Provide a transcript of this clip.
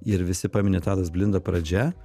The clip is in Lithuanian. ir visi pamini tadas blinda pradžia